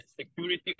security